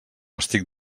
estic